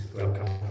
welcome